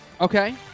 Okay